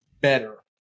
better